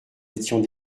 étions